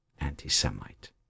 anti-Semite